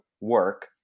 work